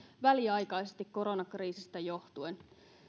väliaikaisesti koronakriisistä johtuen